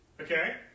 Okay